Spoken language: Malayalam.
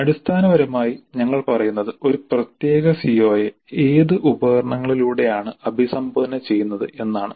അടിസ്ഥാനപരമായി ഞങ്ങൾ പറയുന്നത് ഒരു പ്രത്യേക സിഒയെ ഏത് ഉപകരണങ്ങളിലൂടെയാണ് അഭിസംബോധന ചെയ്യുന്നത് എന്നാണ്